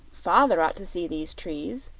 father ought to see these trees,